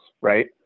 right